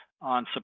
on